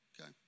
Okay